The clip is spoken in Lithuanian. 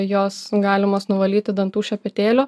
jos galimos nuvalyti dantų šepetėliu